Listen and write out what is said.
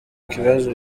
kibazo